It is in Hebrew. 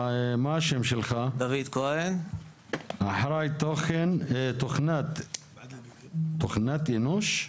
אתה אחראי תוכנת אנוש?